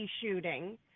shooting